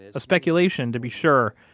a speculation to be sure,